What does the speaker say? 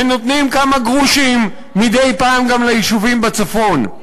ונותנים כמה גרושים, מדי פעם, גם ליישובים בצפון,